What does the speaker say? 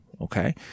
Okay